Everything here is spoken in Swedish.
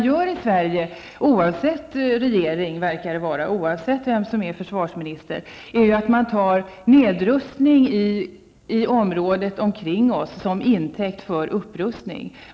I Sverige tar man nedrustning i området omkring vårt land som intäkt för upprustning, oavsett regering och oavsett vem som är försvarsminister.